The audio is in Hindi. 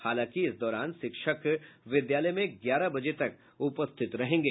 हालांकि इस दौरान शिक्षक विद्यालय में ग्यारह बजे तक उपस्थित रहेंगे